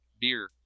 Beer